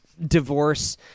divorce